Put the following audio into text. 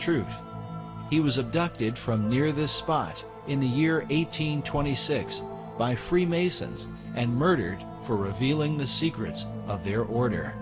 truth he was abducted from near this spot in the year eighteen twenty six by freemasons and murdered for revealing the secrets of their order